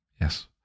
Yes